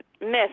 Miss